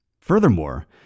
Furthermore